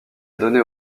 donner